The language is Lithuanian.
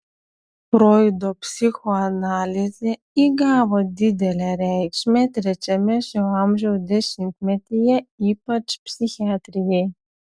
froido psichoanalizė įgavo didelę reikšmę trečiame šio amžiaus dešimtmetyje ypač psichiatrijai